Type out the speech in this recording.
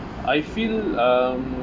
I feel um